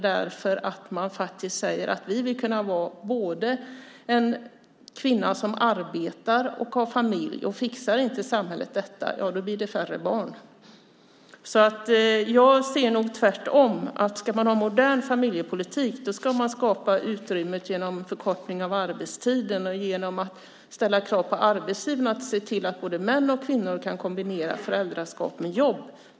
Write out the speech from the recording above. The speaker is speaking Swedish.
De säger: Vi vill kunna vara kvinnor som både arbetar och har familj. Om inte samhället fixar detta så blir det färre barn. Jag ser det nog som tvärtom; ska man ha en modern familjepolitik så ska man skapa utrymmet genom förkortning av arbetstiden och genom att ställa krav på arbetstiden så att man ser till att både män och kvinnor kan kombinera föräldraskap med jobb.